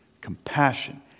compassion